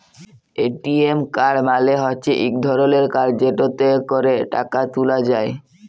ATM card মালে হচ্যে ইক ধরলের কাড় যেটতে ক্যরে টাকা ত্যুলা যায়